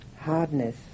Hardness